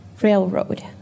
railroad